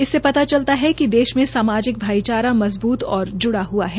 इससे पता चलता है कि देश में सामाजिक भाईचारा मज़बूत और जुड़ा हुआ है